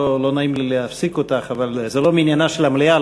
לא נעים לי להפסיק אותך אבל זה לא מעניינה של המליאה.